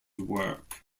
work